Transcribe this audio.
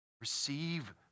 Receive